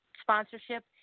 sponsorship